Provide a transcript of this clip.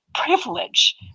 privilege